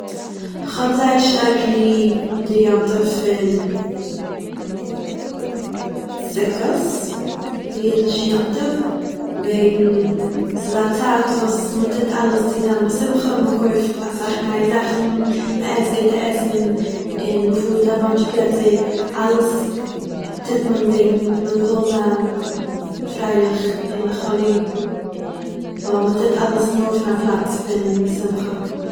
כ'האב זייער שטארק ליב די יום טוב פון סוכות, די יידישע יום טוב, וועגן ס'איז א צייט פון וואס מ'טוהט אלעס צו זיין בשמחה, מ'קויפט אסאך נייע זאכן, מ'עסט גוטע עסן, און מען פארט א באנטש פלעצער, אלעס טוהט מען וועגן מ'וויל זיין פריילעך און כ'האב ליב ווייל מען טוהט אלעס נאר פון א פלאץ פון שמחה